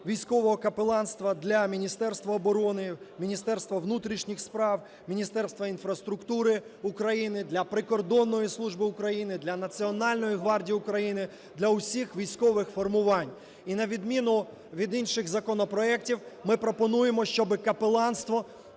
військового капеланства для Міністерства оборони, Міністерства внутрішніх справ, Міністерства інфраструктури України, для прикордонної служби України, для Національної гвардії України, для всіх військових формувань. І на відміну від інших законопроектів, ми пропонуємо, щоби капеланство